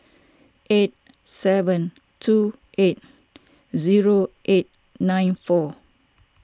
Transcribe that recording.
eight seven two eight zero eight nine four